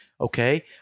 Okay